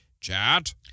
Chat